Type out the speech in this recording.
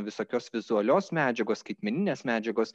visokios vizualios medžiagos skaitmeninės medžiagos